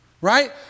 right